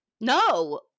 No